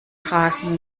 rasen